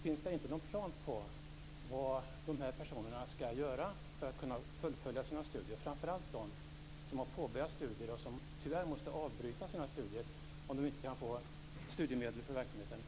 Finns det inte någon plan för vad dessa personer skall göra för att kunna fullfölja sina studier, framför allt de som har påbörjat studier och som tyvärr måste avbryta dem om de inte kan få studiemedel för verksamheten?